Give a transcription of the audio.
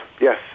Yes